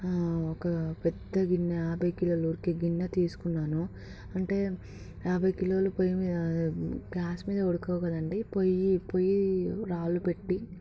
ఒక పెద్ద గిన్నె యాభైకిలోలు ఉడికే గిన్నె తీసుకున్నాను అంటే యాభై కిలోలు పొయ్యి మీద గ్యాస్ మీద ఉడకవు కదండీ పోయి పోయి రాళ్ళు పెట్టి